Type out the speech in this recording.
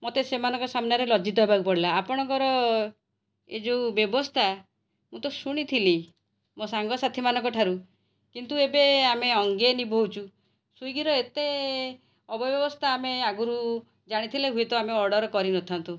ମୋତେ ସେମାନଙ୍କ ସାମ୍ନାରେ ଲଜ୍ଜିତ ହେବାକୁ ପଡ଼ିଲା ଆପଣଙ୍କର ଏ ଯେଉଁ ବ୍ୟବସ୍ଥା ମୁଁ ତ ଶୁଣିଥିଲି ମୋ ସାଙ୍ଗ ସାଥିମାନଙ୍କ ଠାରୁ କିନ୍ତୁ ଏବେ ଆମେ ଅଙ୍ଗେ ନିଭାଉଛୁ ସ୍ଵିଗିର ଏତେ ଅବ୍ୟବସ୍ଥା ଆମେ ଆଗରୁ ଜାଣିଥିଲେ ହୁଏ ତ ଆମେ ଅର୍ଡ଼ର କରିନଥାନ୍ତୁ